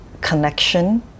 connection